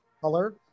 color